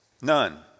none